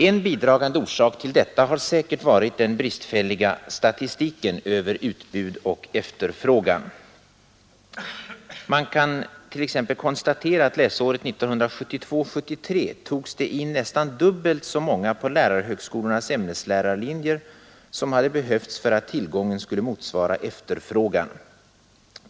En bidragande orsak till detta har säkert varit den bristfälliga statistiken över utbud och efterfrågan. Man kan t.ex. konstatera att det läsåret 1972/73 togs in nästan dubbelt så många på lärarhögskolornas ämneslärarlinjer som hade behövts för att tillgången skulle motsvara efterfrågan.